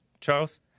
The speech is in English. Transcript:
Charles